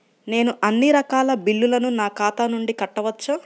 నేను అన్నీ రకాల బిల్లులను నా ఖాతా నుండి కట్టవచ్చా?